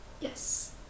yes